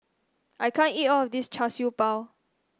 I can't eat all of this Char Siew Bao